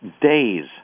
days